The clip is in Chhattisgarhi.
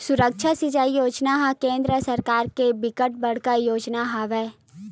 सुक्ष्म सिचई योजना ह केंद्र सरकार के बिकट बड़का योजना हवय